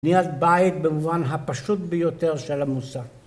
בניית בית במובן הפשוט ביותר של המושג